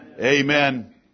Amen